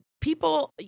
people